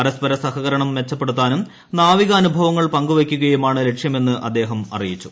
പരസ്പര സഹകരണം മെച്ചപ്പെടുത്താനും നാവികാന്യുഭൂവങ്ങൾ പങ്കുവയ്ക്കുകയുമാണ് ലക്ഷ്യമെന്ന് അദ്ദേഹം അറിയിച്ചു